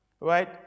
Right